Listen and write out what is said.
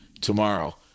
tomorrow